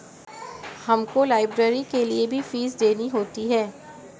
हमको लाइब्रेरी के लिए भी फीस देनी होती है